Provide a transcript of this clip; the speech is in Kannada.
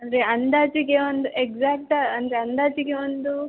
ಅಂದರೆ ಅಂದಾಜಿಗೆ ಒಂದು ಎಕ್ಸಾಕ್ಟ್ ಅಂದರೆ ಅಂದಾಜಿಗೆ ಒಂದು